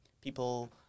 people